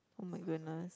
[oh]-my-goodness